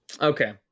okay